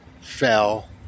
fell